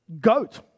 Goat